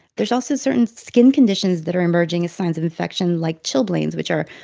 there's also certain skin conditions that are emerging as signs of infection, like chilblains, which are,